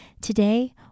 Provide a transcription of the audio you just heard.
Today